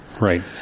Right